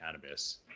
cannabis